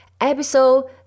episode